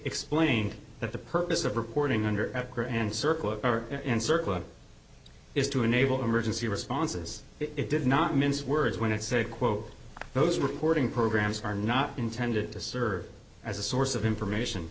explained that the purpose of reporting under at grand circle and circle is to enable emergency responses it did not mince words when it said quote those reporting programs are not intended to serve as a source of information